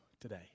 today